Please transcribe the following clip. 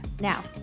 Now